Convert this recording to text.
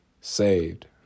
saved